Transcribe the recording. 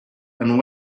and